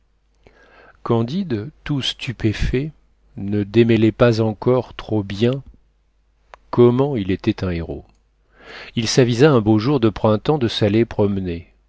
candide tout stupéfait ne démêlait pas encore trop bien comment il était un héros il s'avisa un beau jour de printemps de s'aller promener